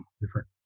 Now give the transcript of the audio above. different